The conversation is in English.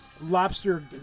Lobster